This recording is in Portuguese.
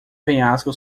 penhasco